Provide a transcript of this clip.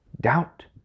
Doubt